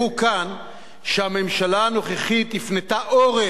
שהממשלה הנוכחית הפנתה עורף לעורף.